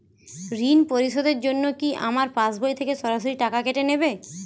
ঋণ পরিশোধের জন্য কি আমার পাশবই থেকে সরাসরি টাকা কেটে নেবে?